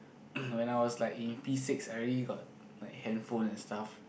when I was like in P six I already got like handphone and stuff